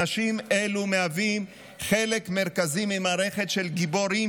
אנשים אלו מהווים חלק מרכזי ממערכת של גיבורים